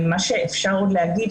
מה שאפשר עוד להגיד,